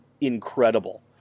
incredible